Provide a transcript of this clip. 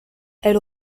elle